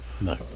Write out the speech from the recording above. No